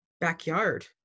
backyard